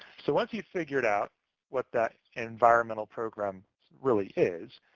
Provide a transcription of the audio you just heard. so once you've figured out what that environmental program really is,